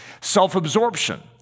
Self-absorption